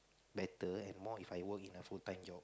better and more If I work in a full time job